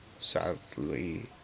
sadly